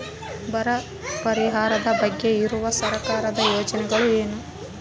ಬರ ಪರಿಹಾರದ ಬಗ್ಗೆ ಇರುವ ಸರ್ಕಾರದ ಯೋಜನೆಗಳು ಏನು?